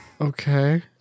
Okay